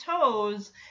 toes